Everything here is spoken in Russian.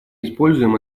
используем